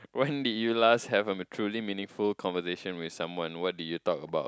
when did you last have a truly meaningful conversation with someone what did you talk about